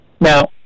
Now